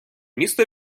міста